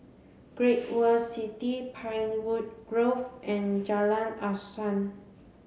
Great World City Pinewood Grove and Jalan Asuhan